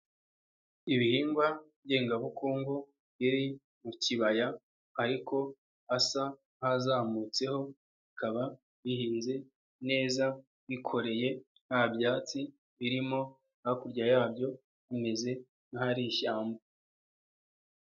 Ibihingwa ngengabukungu biri mu kibaya ariko hasa nk'azamutseho bikaba bihinze neza bikoreye nta byatsi birimo, hakurya yabyo hameze nk'ahari ishyamba.